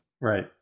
Right